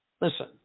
listen